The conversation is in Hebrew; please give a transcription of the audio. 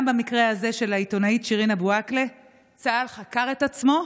גם במקרה הזה של העיתונאית שירין אבו עאקלה צה"ל חקר את עצמו,